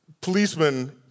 policemen